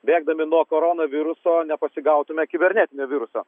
bėgdami nuo koronaviruso nepasigautume kibernetinio viruso